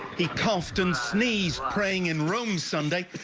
the constance knees praying in rome sunday,